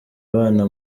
abana